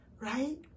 right